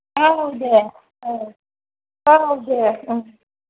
औ दे औ औ दे ओं